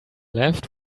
left